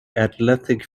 athletic